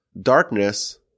darkness